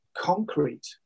concrete